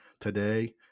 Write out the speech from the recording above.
today